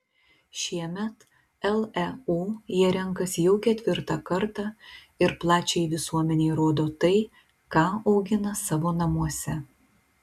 šiemet leu jie renkasi jau ketvirtą kartą ir plačiajai visuomenei rodo tai ką augina savo namuose